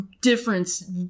difference